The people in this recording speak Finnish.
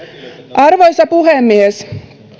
arvoisa puhemies